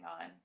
on